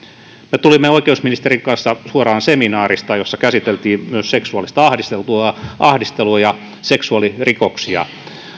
me tulimme oikeusministerin kanssa suoraan seminaarista jossa käsiteltiin myös seksuaalista ahdistelua ja seksuaalirikoksia